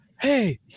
hey